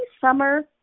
summer